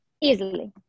Easily